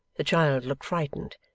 the child looked frightened,